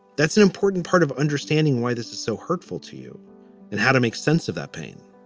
that's an important part of understanding why this is so hurtful to you and how to make sense of that pain